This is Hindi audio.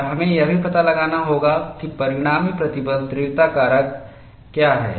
और हमें यह भी पता लगाना होगा कि परिणामी प्रतिबल तीव्रता कारक क्या है